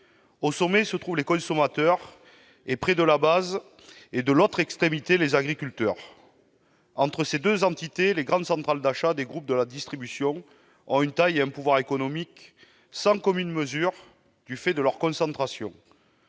Au sommet se trouvent les consommateurs ; à l'autre extrémité, près de la base, se situent les agriculteurs. Entre ces deux entités, les grandes centrales d'achat des groupes de la distribution ont une taille et un pouvoir économique sans commune mesure du fait de leur concentration.